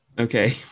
Okay